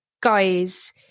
guys